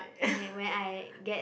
okay when I get